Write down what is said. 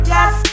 Yes